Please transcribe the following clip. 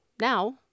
Now